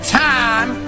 time